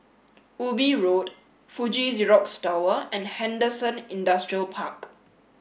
Ubi Road Fuji Xerox Tower and Henderson Industrial Park